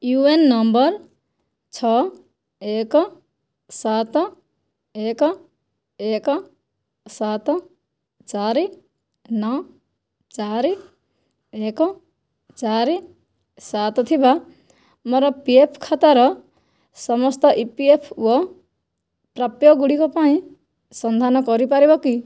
you N ନମ୍ବର ଛଅ ଏକ ସାତ ଏକ ଏକ ସାତ ଚାରି ନଅ ଚାରି ଏକ ଚାରି ସାତ ଥିବା ମୋର ପି ଏଫ୍ ଖାତାର ସମସ୍ତ ଇ ପି ଏଫ୍ ଓ ପ୍ରାପ୍ୟଗୁଡ଼ିକ ପାଇଁ ସନ୍ଧାନ କରିପାରିବ କି